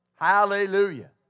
Hallelujah